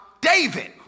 David